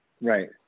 Right